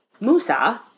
Musa